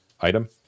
item